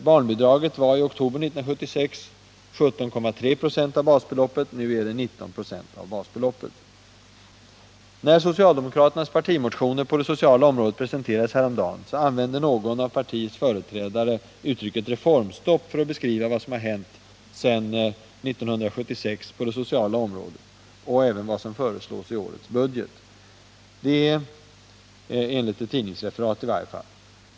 Barnbidraget var i oktober 1976 17,3 ?6 av basbeloppet — nu är det 19 26 av basbeloppet. När socialdemokraternas partimotioner på det sociala området häromdagen presenterades använde någon av partiets företrädare uttrycket ”reformstopp” för att beskriva vad som har hänt sedan 1976 på det sociala området — och även vad som föreslås i årets budget — i varje fall enligt ett tidningsreferat.